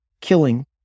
Killing